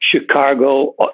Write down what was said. Chicago